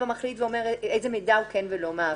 המחליט ולהגיד איזה מידע הוא כן או לא מעביר.